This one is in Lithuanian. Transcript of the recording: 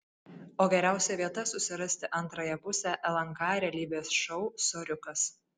o geriausia vieta susirasti antrąją pusę lnk realybės šou soriukas